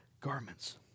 garments